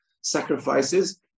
sacrifices